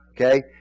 Okay